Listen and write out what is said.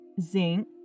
zinc